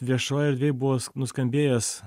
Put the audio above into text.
viešoj erdvėj buvo nuskambėjęs